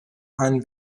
einen